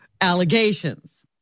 allegations